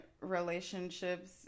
relationships